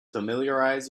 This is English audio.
familiarize